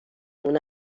اون